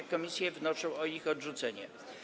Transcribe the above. Komisje wnoszą o ich odrzucenie.